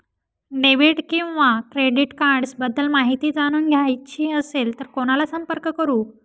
Debit किंवा credit cards बद्दल माहिती जाणून घ्यायची असेल तर कोणाला संपर्क करु?